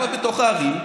למה בתוך הערים?